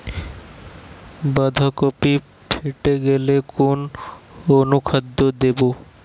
বাঁধাকপি ফেটে গেলে কোন অনুখাদ্য দেবো?